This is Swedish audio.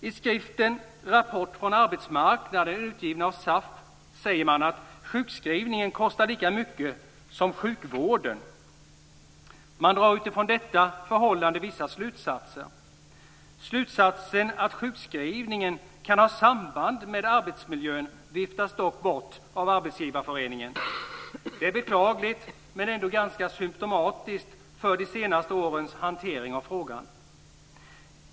I skriften Rapport från arbetsmarknaden, utgiven av SAF, säger man att sjukskrivningarna kostar lika mycket som sjukvården. Man drar utifrån detta förhållande vissa slutsatser. Slutsatsen att sjukskrivningarna kan ha samband med arbetsmiljön viftas dock bort av arbetsgivarföreningen. Det är beklagligt, men ändå ganska symtomatiskt för de senaste årens hantering av frågan.